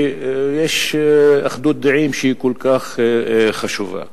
יש אחדות דעים שהיא חשובה מאוד.